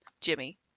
Jimmy